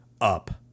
up